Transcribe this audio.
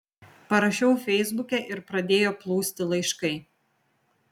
parašiau feisbuke ir pradėjo plūsti laiškai